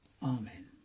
Amen